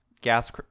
gas